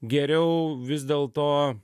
geriau vis dėlto